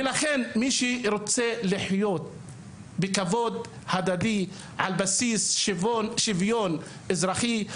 לכן מי שרוצה לחיות בכבוד הדדי על בסיס שוויון אזרחי,